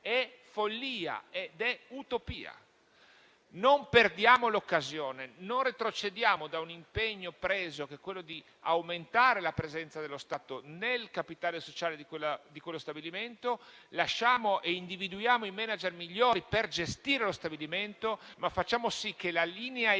è follia e utopia. Non perdiamo l'occasione, non retrocediamo da un impegno preso, che è quello di aumentare la presenza dello Stato nel capitale sociale di quello stabilimento. Individuiamo i *manager* migliori per gestirlo, ma facciamo sì che la linea e